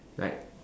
like